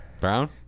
Brown